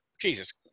Jesus